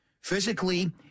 Physically